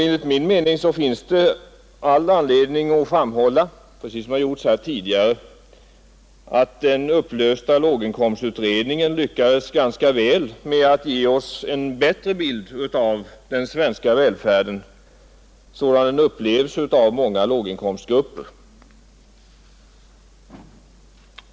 Enligt min mening finns det all anledning att framhålla — som det har gjorts här tidigare — att den upplösta låginkomstutredningen lyckades ganska väl med att ge oss en bättre bild av den s.k. svenska välfärden sådan den upplevs av många låginkomstgrupper.